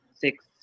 six